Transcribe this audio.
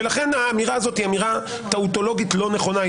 ולכן האמירה הזאת היא אמירה טאוטולוגית לא נכונה,